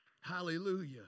Hallelujah